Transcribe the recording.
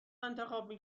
انتخاب